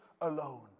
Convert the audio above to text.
alone